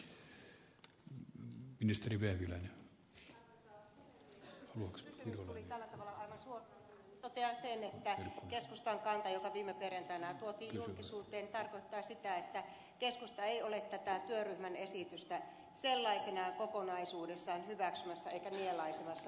kun kysymys tuli tällä tavalla aivan suoraan totean sen että keskustan kanta joka viime perjantaina tuotiin julkisuuteen tarkoittaa sitä että keskusta ei ole tätä työryhmän esitystä sellaisenaan kokonaisuudessaan hyväksymässä eikä nielaisemassa